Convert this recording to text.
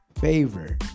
favor